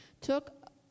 took